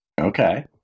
Okay